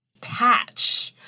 patch